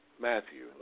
Matthew